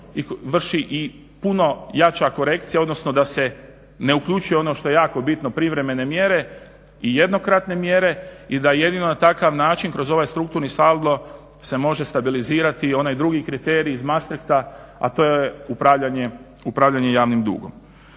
vrši i puno jača korekcija odnosno da se ne uključuje ono što je jako bitno privremene mjere i jednokratne mjere i da jedino na takav način kroz ovaj strukturni saldo se može stabilizirati i onaj drugi kriterij iz Maastrichta a to je upravljanje javnim dugom.